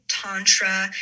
Tantra